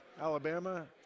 Alabama